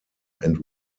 and